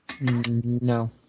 No